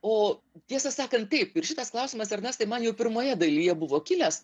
o tiesą sakant taip ir šitas klausimas ernestai man jau pirmoje dalyje buvo kilęs